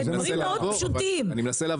דברים פשוטים מאוד.